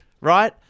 Right